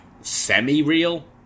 semi-real